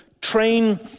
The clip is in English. train